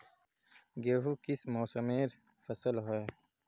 गेहूँ किस मौसमेर फसल होय?